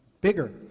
bigger